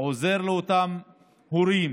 עוזר לאותם הורים